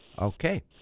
Okay